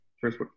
first